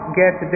get